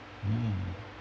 mm